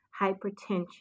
hypertension